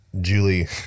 julie